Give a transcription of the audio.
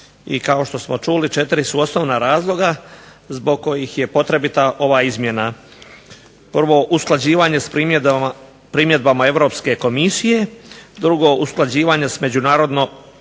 I kao što smo čuli četiri su osnovna razloga zbog kojih je potrebita ova izmjena. Prvo, usklađivanje sa primjedbama Europske komisije. Drugo, usklađivanje sa međunarodno